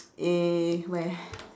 is where